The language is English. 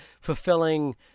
fulfilling